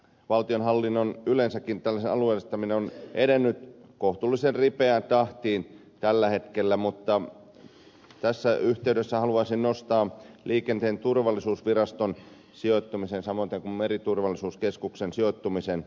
valtionhallinnon alueellistaminen on edennyt kohtuullisen ripeään tahtiin tällä hetkellä mutta tässä yhteydessä haluaisin nostaa liikenteen turvallisuusviraston samoin kuin meriturvallisuuskeskuksen sijoittamisen